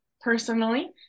personally